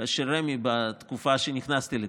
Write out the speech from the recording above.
של רמ"י בתקופה שנכנסתי לתפקיד.